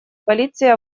полиции